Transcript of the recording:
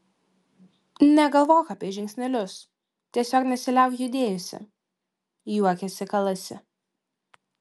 negalvok apie žingsnelius tiesiog nesiliauk judėjusi juokėsi kalasi